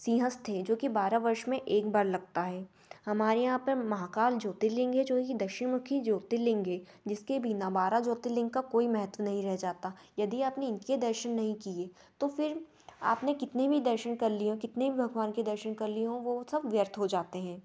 सिंहस्थ हैं जो कि बारह वर्ष में एक बार लगता है हमारे यहाँ पर महाकाल ज्योतिर्लिंग है जो कि दशमुखी ज्योतिर्लिंग है जिसके बिना बारह ज्योतिर्लिंग का कोई महत्व नहीं रह जाता यदि आपने इनके दर्शन नहीं किए तो फिर आपने कितने भी दर्शन कर लिए हों कितने भी भगवान के दर्शन कर लिए हों वह सब व्यर्थ हो ज़ाते हैं